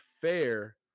fair